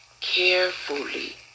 carefully